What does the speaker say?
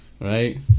Right